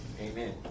Amen